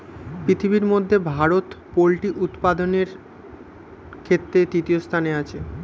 পৃথিবীর মধ্যে ভারত পোল্ট্রি উপাদানের ক্ষেত্রে তৃতীয় স্থানে আছে